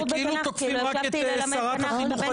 שותפות הליכוד מקרב